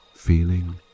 feeling